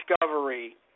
Discovery